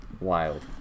Wild